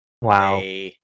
Wow